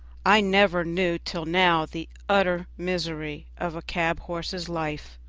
i never knew till now the utter misery of a cab-horse's life.